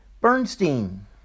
Bernstein